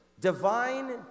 divine